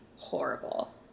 horrible